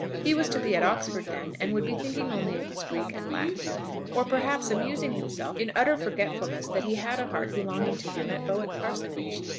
he was to be at oxford then, and would be thinking only of his greek and latin or perhaps amusing himself, in utter forgetfulness that he had a heart belonging to him at bowick parsonage.